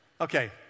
Okay